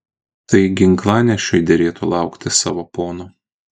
tai ginklanešiui derėtų laukti savo pono